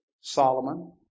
Solomon